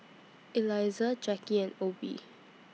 Elizah Jacky and Obe